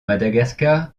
madagascar